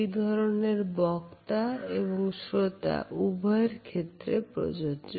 এ ধরনের বক্তা এবং শ্রোতা উভয়ের ক্ষেত্রে প্রযোজ্য